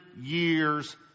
years